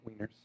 wieners